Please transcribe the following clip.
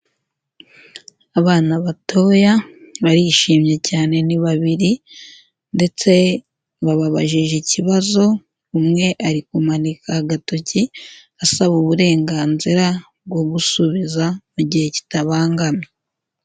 Abana batoya barishimye cyane ni babiri ndetse bababajije ikibazo, umwe ari kumanika agatoki asaba uburenganzira bwo gusubiza mu gihe kitabangamye.